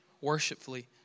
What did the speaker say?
worshipfully